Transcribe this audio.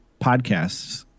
podcasts